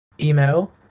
email